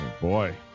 boy